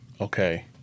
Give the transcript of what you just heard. okay